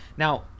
Now